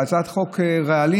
הצעת חוק רעלים,